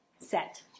set